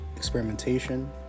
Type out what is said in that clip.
experimentation